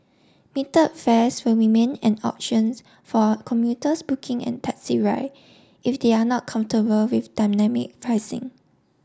metered fares will remain an options for commuters booking an taxi ride if they are not comfortable with dynamic pricing